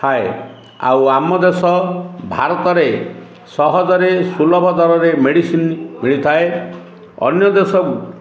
ଥାଏ ଆଉ ଆମ ଦେଶ ଭାରତରେ ସହଜରେ ସୁଲଭ ଦରରେ ମେଡ଼ିସିନ୍ ମିଳିଥାଏ ଅନ୍ୟ ଦେଶ